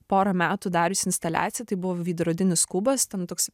porą metų dariusi instaliaciją tai buvo veidrodinis kubas ten toks